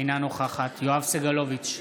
אינה נוכחת יואב סגלוביץ'